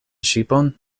ŝipon